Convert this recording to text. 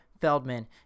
Feldman